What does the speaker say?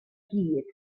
gyd